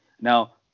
Now